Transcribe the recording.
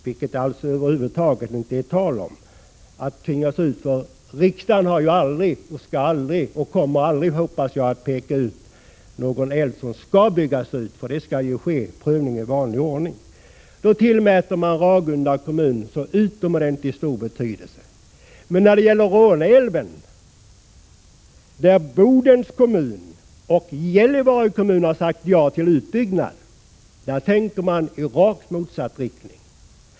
Det kommer över huvud taget inte att bli tal om detta, för riksdagen har aldrig och kommer aldrig att peka ut någon älv som skall byggas ut, för en prövning skall ju ske i vanlig ordning. Då tillmäter man Ragunda kommun så utomordentligt stor betydelse! Men när det gäller Råneälven, där Bodens kommun och Gällivare kommun har sagt ja till utbyggnad, tänker man i rakt motsatt riktning.